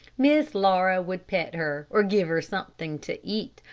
miss laura would pet her, or give her something to eat,